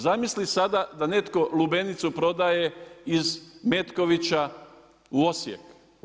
Zamisli sada da netko lubenicu prodaje iz Metkovića u Osijek?